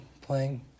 playing